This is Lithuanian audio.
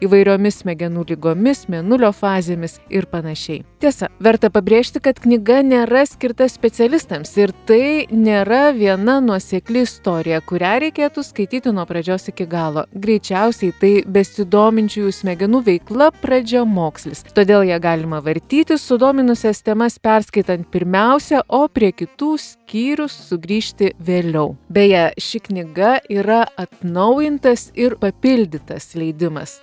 įvairiomis smegenų ligomis mėnulio fazėmis ir panašiai tiesa verta pabrėžti kad knyga nėra skirta specialistams ir tai nėra viena nuosekli istorija kurią reikėtų skaityti nuo pradžios iki galo greičiausiai tai besidominčiųjų smegenų veikla pradžiamokslis todėl ją galima vartyti sudominusias temas perskaitant pirmiausia o prie kitų skyrių sugrįžti vėliau beje ši knyga yra atnaujintas ir papildytas leidimas